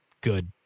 good